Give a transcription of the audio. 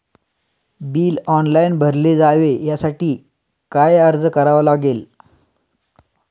Bill online भरले जावे यासाठी काय अर्ज करावा लागेल?